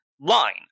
line